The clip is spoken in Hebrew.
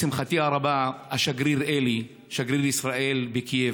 לשמחתי הרבה, השגריר אלי, שגריר ישראל בקייב,